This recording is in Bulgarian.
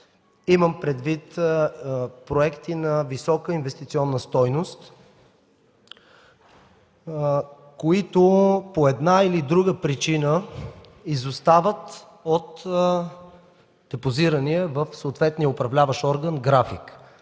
Имам предвид проекти на висока инвестиционна стойност, които по една или друга причина изостават от депозирания в съответния управляващ орган график.